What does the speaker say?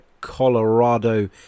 Colorado